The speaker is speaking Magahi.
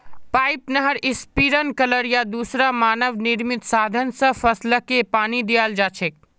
पाइप, नहर, स्प्रिंकलर या दूसरा मानव निर्मित साधन स फसलके पानी दियाल जा छेक